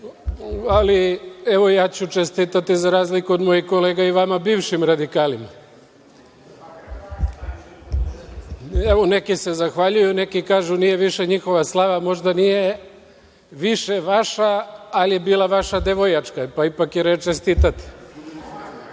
Ali, evo, ja ću čestitati, za razliku od mojih kolega, i vama, bivšim radikalima. Neki se zahvaljuju, neki kažu da nije više njihova slava. Možda nije više vaša, ali je bila vaša devojačka, pa je ipak red čestitati. Druga